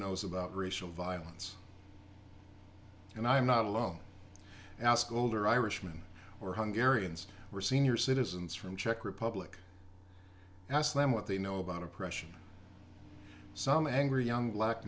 knows about racial violence and i'm not alone ask older irishman or hunger ariens were senior citizens from czech republic ask them what they know about oppression some angry young black